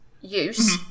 use